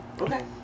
okay